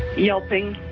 yelping,